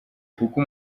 kuko